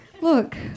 look